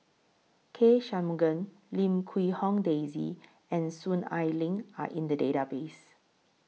K Shanmugam Lim Quee Hong Daisy and Soon Ai Ling Are in The Database